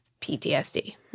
PTSD